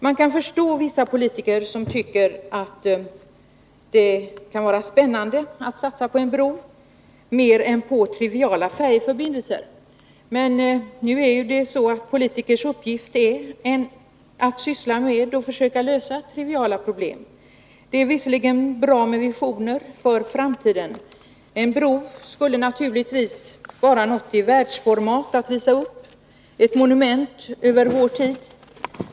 Man kan förstå vissa politiker som tycker att det kan vara kollektivtrafikför mera spännande att satsa på en bro än att satsa på triviala färjeförbindelser. Visserligen är det bra med visioner för framtiden, men nu är det ju så att politikers uppgift är att syssla med och att försöka lösa triviala problem. En bro skulle naturligtvis vara något i världsformat att visa upp, ett monument över vår tid.